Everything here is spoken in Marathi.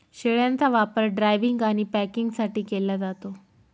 शेळ्यांचा वापर ड्रायव्हिंग आणि पॅकिंगसाठी केला जातो